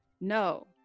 No